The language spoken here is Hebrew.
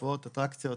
אטרקציות.